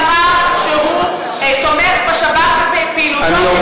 במפלגה שאמר שהוא תומך בשב"כ ובפעילותו,